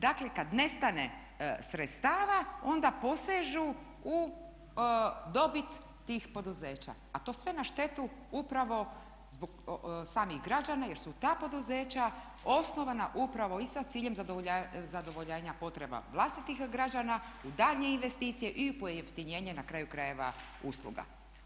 Dakle kada nestane sredstava onda posežu u dobit tih poduzeća a to sve na štetu upravo zbog samih građana jer su ta poduzeća osnovana upravo i sa ciljem zadovoljavanja potreba vlastitih građana u daljnje investicije i pojeftinjenje na kraju krajeva usluga.